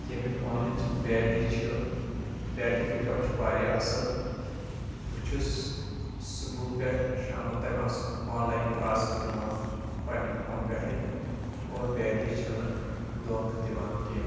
ییٚمہِ فونٕچ بیٹری چھِ بیٹری پِک اپ چھُ واریاہ اصل بہٕ چھُس صُبحہٕ پٮ۪ٹھ شامن تام آسان آن لاین کلاسِز دِوان پننہِ فونہٕ پٮ۪ٹھے اور پیٹری چھنہٕ دونکھٕ دِوان کینٛہہ